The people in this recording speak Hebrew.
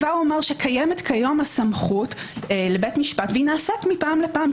קיימת כיום הסמכות לבית משפט והיא נעשית מפעם לפעם,